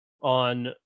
on